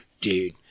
dude